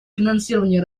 финансирования